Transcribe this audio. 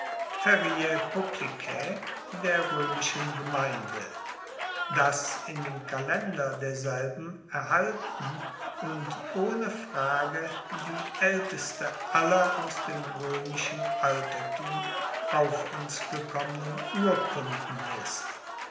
der roemischen gemeinde das in dem kalender derselben erhalten und ohne frage die aelteste aller aus dem roemischen altertum auf uns gekommenen urkunden ist